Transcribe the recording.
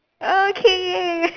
okay